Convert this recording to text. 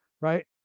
Right